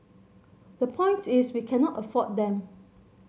the point is we cannot afford them